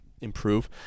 improve